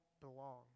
belong